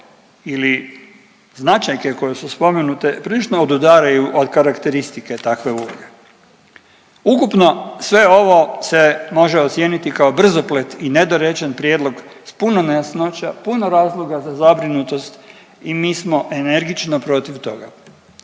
ili značajke koje su spomenute prilično odudaraju od karakteristike takve uloge. Ukupno sve ovo se može ocijeniti kao brzoplet i nedorečen prijedlog s puno nejasnoća, puno razloga za zabrinutost i mi smo energično protiv toga.